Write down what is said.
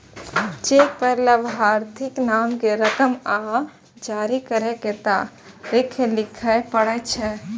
cheque पर लाभार्थीक नाम, रकम आ जारी करै के तारीख लिखय पड़ै छै